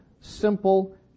simple